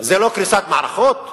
זה לא קריסת מערכות?